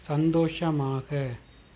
சந்தோஷமாக